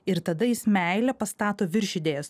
ir tada jis meilę pastato virš idėjos